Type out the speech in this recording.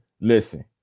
Listen